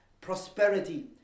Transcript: prosperity